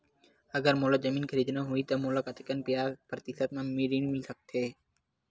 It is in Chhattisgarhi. अगर मोला जमीन खरीदना होही त मोला कतेक प्रतिशत म ऋण मिल सकत हवय?